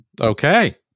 Okay